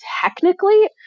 technically